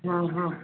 ହଁ ହଁ